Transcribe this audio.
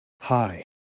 hi